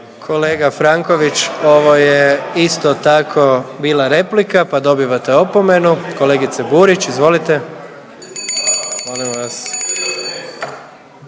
Kolega Franković, ovo je isto tako bila replika, pa dobivate opomenu. Kolegice Burić, izvolite. Molim vas.